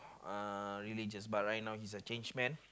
uh religious but right now he's a change man